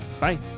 Bye